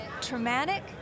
traumatic